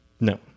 No